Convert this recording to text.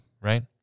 Right